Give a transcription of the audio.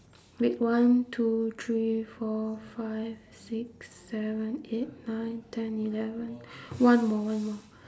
wait one two three four five six seven eight nine ten eleven one more one more